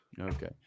Okay